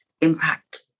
impact